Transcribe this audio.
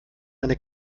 eine